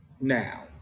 now